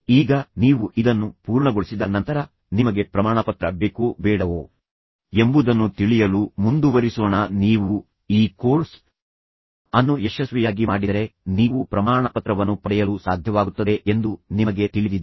ಈಗ ನೀವು ಇದನ್ನು ಪೂರ್ಣಗೊಳಿಸಿದ ನಂತರ ನಿಮಗೆ ಪ್ರಮಾಣಪತ್ರ ಬೇಕೋ ಬೇಡವೋ ಎಂಬುದನ್ನು ತಿಳಿಯಲು ಮುಂದುವರಿಸೋಣ ನೀವು ಈ ಕೋರ್ಸ್ ಅನ್ನು ಯಶಸ್ವಿಯಾಗಿ ಮಾಡಿದರೆ ನೀವು ಪ್ರಮಾಣಪತ್ರವನ್ನು ಪಡೆಯಲು ಸಾಧ್ಯವಾಗುತ್ತದೆ ಎಂದು ನಿಮಗೆ ತಿಳಿದಿದೆ